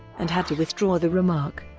and had to withdraw the remark.